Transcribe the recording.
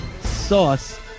Sauce